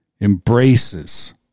embraces